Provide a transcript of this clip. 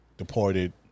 Deported